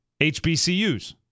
HBCUs